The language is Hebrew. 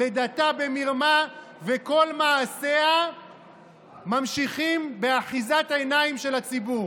לידתה במרמה וכל מעשיה ממשיכים באחיזת עיניים של הציבור.